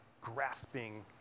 grasping